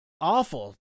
awful